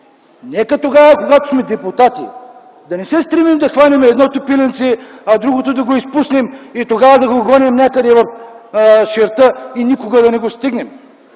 Нека тогава, когато сме депутати да не се стремим да хванем едното пиленце, а другото да го изпуснем и тогава да го гоним някъде в ширта и никога да не го стигнем.